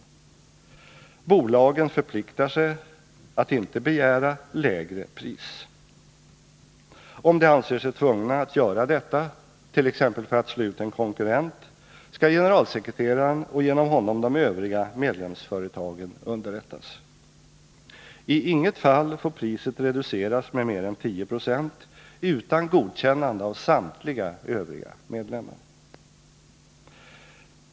Bolagen förpliktar sig att inte begära lägre pris. Om de anser sig tvungna att göra detta, t.ex. för att slå ut en konkurrent, skall generalsekreteraren och genom honom de övriga medlemsföretagen underrättas. I inget fall får priset reduceras med mer än 10 0 utan godkännande av samtliga övriga medlemmar.